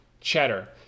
Cheddar